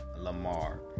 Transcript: Lamar